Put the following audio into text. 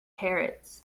parrots